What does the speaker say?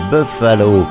Buffalo